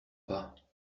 pas